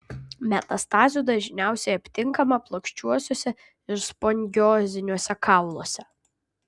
metastazių dažniausiai aptinkama plokščiuosiuose ir spongioziniuose kauluose